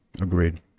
agreed